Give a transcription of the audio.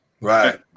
Right